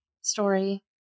story